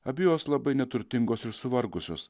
abi jos labai neturtingos ir suvargusios